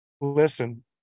Listen